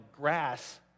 grass